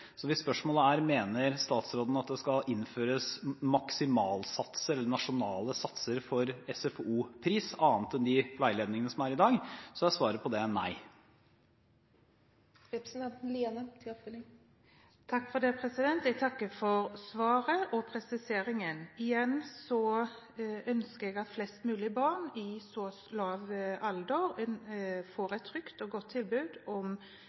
Så hvis spørsmålet er om statsråden mener at det skal innføres maksimalsatser, eller nasjonale satser, for SFO-pris – annet enn de veiledningene som er i dag – er svaret på det nei. Takk for det. Jeg takker for svaret og presiseringen. Igjen ønsker jeg at flest mulig barn i så lav alder får et tilbud om